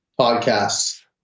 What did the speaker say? Podcasts